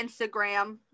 Instagram